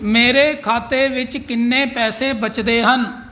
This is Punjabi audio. ਮੇਰੇ ਖਾਤੇ ਵਿੱਚ ਕਿੰਨੇ ਪੈਸੇ ਬਚਦੇ ਹਨ